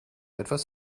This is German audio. etwas